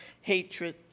hatred